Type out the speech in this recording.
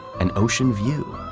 an oceanview?